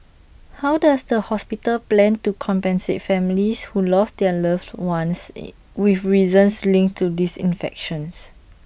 how does the hospital plan to compensate families who lost their loved ones with reasons linked to this infection